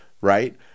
right